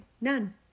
None